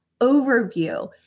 overview